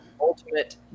ultimate